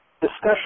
discussion